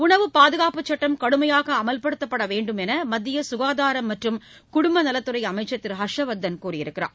உணவு பாதுகாப்பு சுட்டம் கடுமையாக அமல்படுத்தப்பட வேண்டும் என்று மத்திய சுகாதாரம் மற்றும் குடும்பநலத் துறை அமைச்சர் திரு ஹர்ஷ்வர்தன் தெரிவித்துள்ளார்